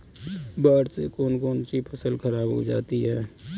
बाढ़ से कौन कौन सी फसल खराब हो जाती है?